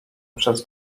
przez